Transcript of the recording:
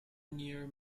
near